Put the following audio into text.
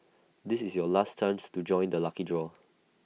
this is your last times to join the lucky draw